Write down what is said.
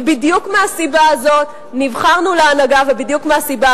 ובדיוק מהסיבה הזאת נבחרנו להנהגה ובדיוק מהסיבה